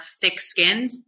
thick-skinned